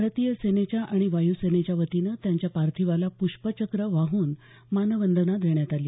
भारतीय सेनेच्या आणि वाय् सेनेच्या वतीनं त्यांच्या पार्थिवाला प्ष्पचक्र वाहून मानवंदना देण्यात आली